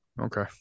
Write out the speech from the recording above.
Okay